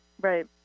Right